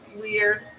weird